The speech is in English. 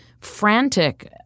frantic